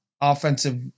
offensive